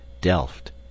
delft